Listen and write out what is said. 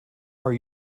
are